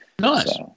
Nice